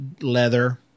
leather